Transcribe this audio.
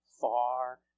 far